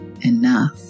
enough